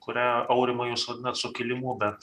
kurią aurimai jūs vadinat sukilimu bet